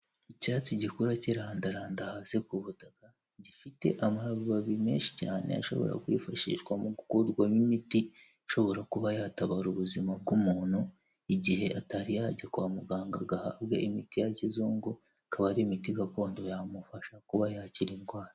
Icyatsi gikura kirarandaranda hasi ku butaka, gifite amababi menshi cyane ashobora kwifashishwa mu gukurwamo imiti ishobora kuba yatabara ubuzima bw'umuntu, igihe atari yajya kwa muganga agahabwa imiti ya kizungu, akaba ari imiti gakondo yamufasha kuba yakira indwara.